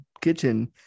kitchen